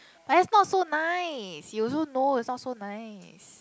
but it's not so nice you also know it's not so nice